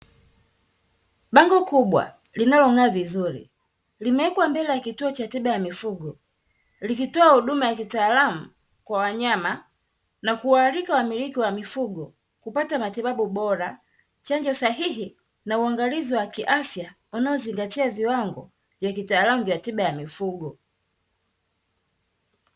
Bango kubwa linalong'aa vizuri, limewekwa mbele ya kituo cha tiba ya mifugo, likitoa huduma ya kitaalamu kwa wanyama na kuwaalika wamiliki wa mifugo kupata matibabu bora, chanjo sahihi na uangalizi wa kiafya unaozingatia viwango vya kitaalamu vya tiba ya mifugo.